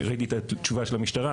ראיתי את התשובה של המשטרה,